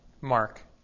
mark